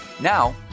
Now